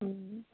ও